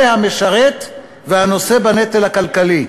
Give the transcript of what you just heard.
זה המשרת והנושא בנטל הכלכלי.